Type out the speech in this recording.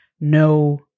no